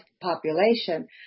population